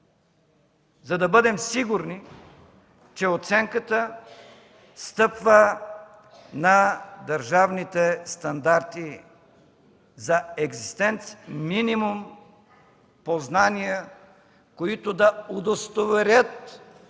за да бъдем сигурни, че оценката стъпва на държавните стандарти за екзистенц минимум по знания, които да удостоверят